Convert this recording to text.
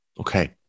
Okay